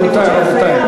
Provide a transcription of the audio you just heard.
רבותי,